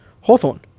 hawthorne